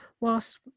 whilst